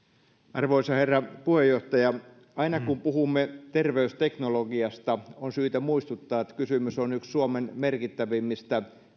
arvoisa herra puheenjohtaja aina kun puhumme terveysteknologiasta on syytä muistuttaa että kysymys on yhdestä suomen merkittävimmistä